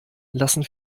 lassen